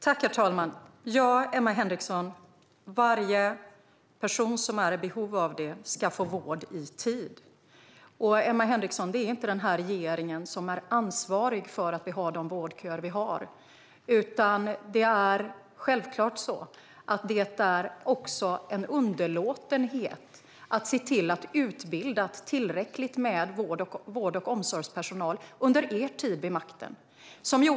Herr talman! Varje person som är i behov av det ska få vård i tid, Emma Henriksson. Det är inte den här regeringen som är ansvarig för att vi har de vårdköer vi har, utan det handlar självklart också om er underlåtenhet att utbilda tillräckligt med vård och omsorgspersonal under er tid vid makten.